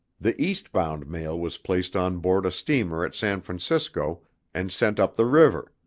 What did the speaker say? the eastbound mail was placed on board a steamer at san francisco and sent up the river,